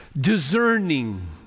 discerning